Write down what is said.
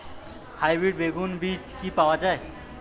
Hybrid বেগুন বীজ কি পাওয়া য়ায়?